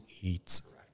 eats